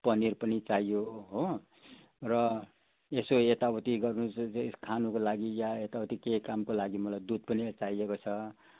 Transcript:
पनिर पनि चाहियो हो र यसो एताउति गर्नु खानुको लागि या एताउति के कामको लागि मलाई दुध पनि चाहिएको छ